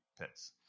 pits